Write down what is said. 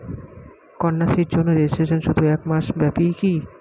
কন্যাশ্রীর জন্য রেজিস্ট্রেশন শুধু এক মাস ব্যাপীই কি?